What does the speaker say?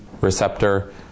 receptor